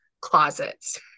closets